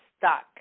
stuck